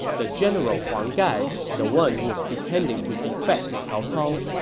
the general huang gai, the one who was pretending to defect to cao cao,